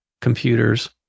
computers